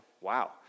Wow